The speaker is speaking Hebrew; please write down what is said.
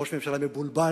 ראש ממשלה מבולבל,